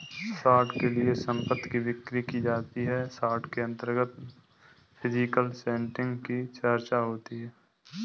short के लिए संपत्ति की बिक्री की जाती है शॉर्ट के अंतर्गत फिजिकल सेटिंग की चर्चा होती है